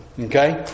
okay